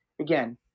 again –